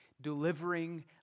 delivering